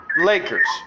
lakers